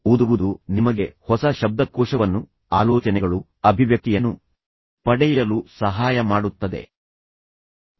ಓದುವುದು ನಿಮಗೆ ಹೊಸ ಶಬ್ದಕೋಶವನ್ನು ಆಲೋಚನೆಗಳು ಅಭಿವ್ಯಕ್ತಿಯನ್ನು ಪಡೆಯಲು ಸಹಾಯ ಮಾಡುತ್ತದೆ ಅದು ನಿಮಗೆ ಸಾಧ್ಯ ಎಂದು ನೀವು ಎಂದಿಗೂ ಯೋಚಿಸಿರಲಿಲ್ಲ